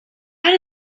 out